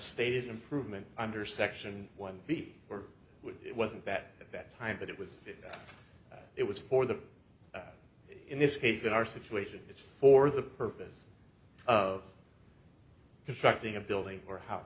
state improvement under section one b or it wasn't that at that time that it was it was for the in this case in our situation it's for the purpose of constructing a building or house